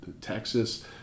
Texas